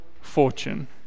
fortune